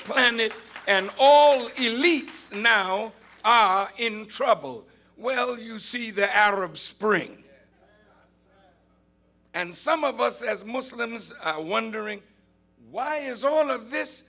planet and all elites now are in trouble well you see the arab spring and some of us as muslims wondering why is all of this